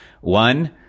one